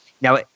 Now